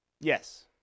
Yes